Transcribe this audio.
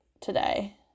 today